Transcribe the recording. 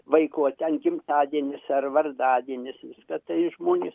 vaiko ten gimtadienis ar vardadienis viską tai žmonės